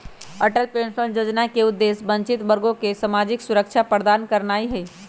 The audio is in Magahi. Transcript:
अटल पेंशन जोजना के उद्देश्य वंचित वर्गों के सामाजिक सुरक्षा प्रदान करनाइ हइ